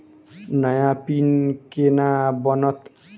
नया पिन केना बनत?